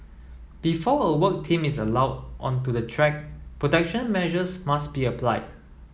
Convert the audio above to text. before a work team is allowed onto the track protection measures must be applied